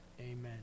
Amen